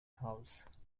house